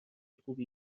خوبی